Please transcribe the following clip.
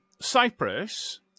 Cyprus